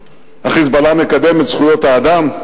ה"חיזבאללה" מקדם את זכויות האדם?